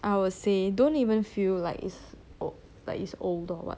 I will say don't even feel like it's like it's old or what